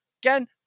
Again